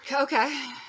Okay